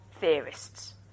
theorists